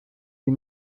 die